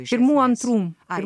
pirmų antrų ar